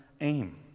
aim